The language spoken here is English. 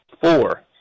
four